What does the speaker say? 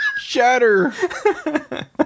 Shatter